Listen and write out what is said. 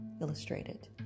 illustrated